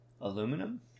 Aluminum